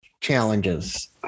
challenges